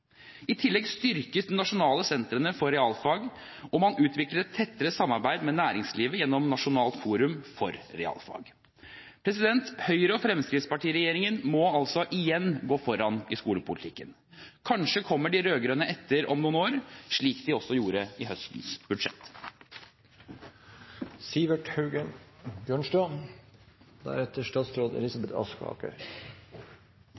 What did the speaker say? I tillegg styrkes de nasjonale sentrene for realfag, og man utvikler et tettere samarbeid med næringslivet gjennom Nasjonalt forum for realfag. Høyre–Fremskrittsparti-regjeringen må altså igjen gå foran i skolepolitikken. Kanskje kommer de rød-grønne etter om noen år, slik de også gjorde i høstens